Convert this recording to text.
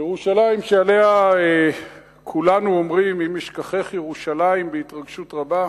ירושלים שעליה כולנו אומרים "אם אשכחך ירושלים" בהתרגשות רבה.